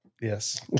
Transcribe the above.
yes